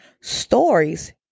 stories